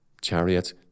chariot